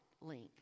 link